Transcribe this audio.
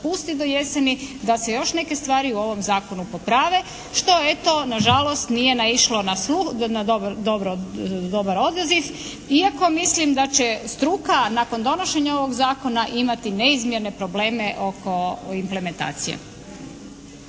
dopusti do jeseni da se još neke stvari u ovom zakonu poprave što eto nažalost nije naišlo na dobar odaziv iako mislim da će struka nakon donošenja ovog zakona imati neizmjerne probleme oko implementacije.